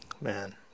Man